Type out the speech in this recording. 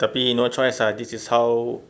tapi no choice ah this is how